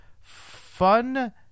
Fun